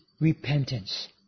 repentance